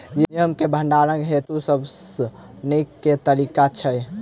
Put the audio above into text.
गेंहूँ केँ भण्डारण हेतु सबसँ नीक केँ तरीका छै?